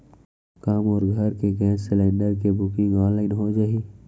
का मोर घर के गैस सिलेंडर के बुकिंग ऑनलाइन हो जाही?